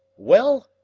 well,